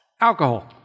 alcohol